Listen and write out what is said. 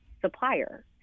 supplier